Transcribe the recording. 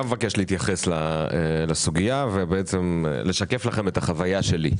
אני גם מבקש להתייחס לסוגיה ולשקף לכם את החוויה שלי.